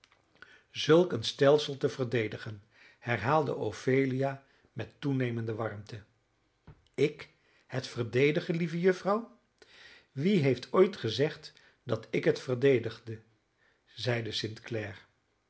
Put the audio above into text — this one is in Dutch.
zulk een stelsel te verdedigen herhaalde ophelia met toenemende warmte ik het verdedigen lieve juffrouw wie heeft ooit gezegd dat ik het verdedigde zeide st